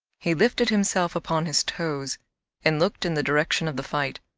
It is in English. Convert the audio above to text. he lifted himself upon his toes and looked in the direction of the fight.